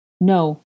No